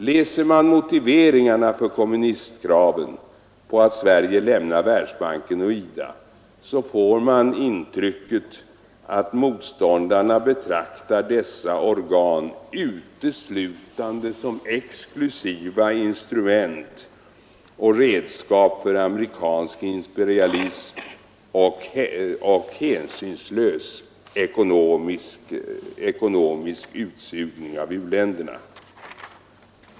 Läser man motiveringarna för kommunistkraven på att Sverige lämnar Världsbanken och IDA, får man intrycket att motståndarna betraktar dessa organ uteslutande som exklusiva instrument och redskap för amerikansk imperialism och hänsynslös ekonomisk utsugning av u-länderna.